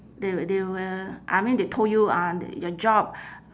they will they will I mean they told you uh your job